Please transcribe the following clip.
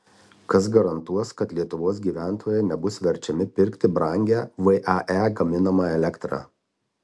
kas garantuos kad lietuvos gyventojai nebus verčiami pirkti brangią vae gaminamą elektrą